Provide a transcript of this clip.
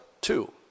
two